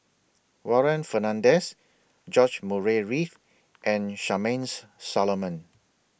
Warren Fernandez George Murray Reith and Charmaine's Solomon